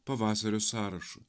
pavasario sąrašu